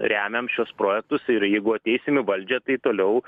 remiam šiuos projektus ir jeigu ateisim į valdžią tai toliau